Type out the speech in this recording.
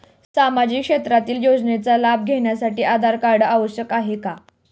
सामाजिक क्षेत्रातील योजनांचा लाभ घेण्यासाठी आधार कार्ड आवश्यक आहे का?